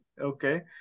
okay